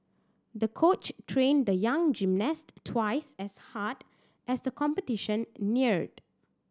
the coach trained the young gymnast twice as hard as the competition neared